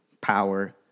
power